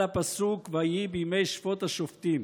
על הפסוק "והיה בימי שפט השפטים",